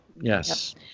Yes